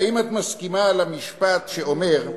האם את מסכימה למשפט שאומר: